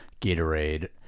Gatorade